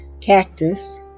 cactus